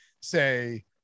say